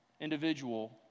individual